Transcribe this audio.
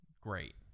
great